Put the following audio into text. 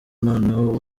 noneho